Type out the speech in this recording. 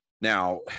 Now